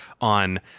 on